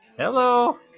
hello